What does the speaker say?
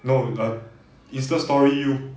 no err insta story you